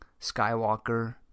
skywalker